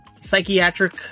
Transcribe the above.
psychiatric